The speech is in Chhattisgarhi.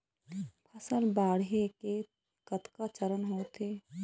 फसल बाढ़े के कतका चरण होथे?